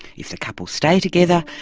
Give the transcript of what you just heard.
if the couple stay together,